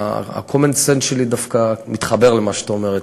ה-common sense שלי דווקא מתחבר למה שאת אומרת,